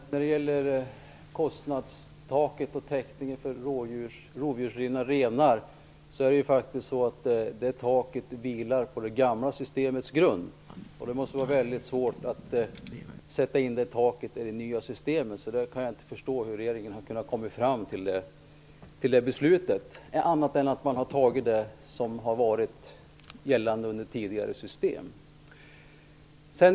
Herr talman! När det gäller kostnadstaket och täckningen för rovdjursrivna renar, vilar det taket på det gamla systemets grund. Det måste vara mycket svårt att sätta det taket på det nya systemet. Jag kan inte förstå hur regeringen har kommit fram till det beslutet, om man inte har tagit det som gällde i det tidigare systemet.